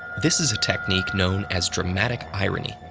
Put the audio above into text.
this is a technique known as dramatic irony,